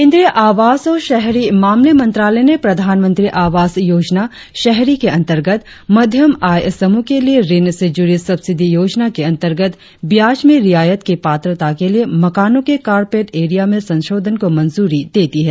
केंद्रीय आवास और शहरी मामले मंत्रालय ने प्रधानमंत्री आवास योजना शहरी के अंतर्गत मध्यम आय समूह के लिए ऋण से जुड़ी सब्सिडी योजना के अंतर्गत ब्याज में रियायत की पात्रता के लिए मकानों के कारपेट एरिया में संशोधन को मंजूरी दे दी है